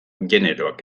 generoak